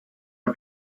are